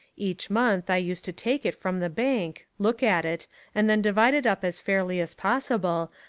each month i used to take it from the bank, look at it and then di vide it up as fairly as possible,